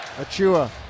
Achua